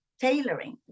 tailoring